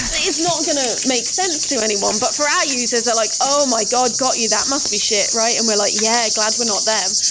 it's not going to make sense to anyone. but for our users, they're like, oh my god got you. that must be shit? and we're like, yeah. glad we're not them.